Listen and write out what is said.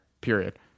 Period